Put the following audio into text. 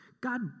God